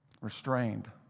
restrained